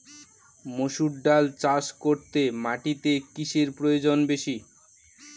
মুসুর ডাল চাষ করতে মাটিতে কিসে প্রয়োজন বেশী?